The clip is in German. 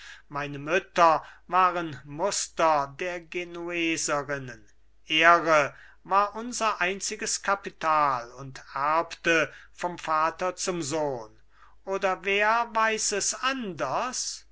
meine mütter waren muster der genueserinnen ehre war unser einziges kapital und erbte vom vater zum sohn oder wer weiß es anders